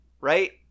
right